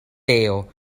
teo